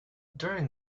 during